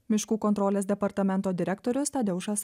miškų kontrolės departamento direktorius tadeušas